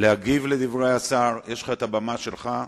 להגיב על דברי השר, יש לך הבמה, בבקשה.